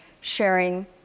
sharing